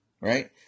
right